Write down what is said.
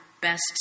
best